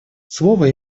слово